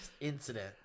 incident